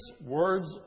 words